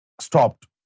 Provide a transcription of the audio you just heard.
stopped